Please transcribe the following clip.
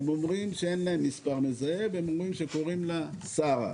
הם אומרים שאין להם מספר מזהה והם אומרים שקוראים לה שרה.